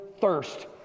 thirst